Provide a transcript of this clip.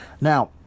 Now